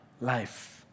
life